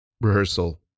rehearsal